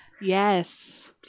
Yes